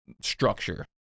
structure